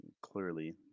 clearly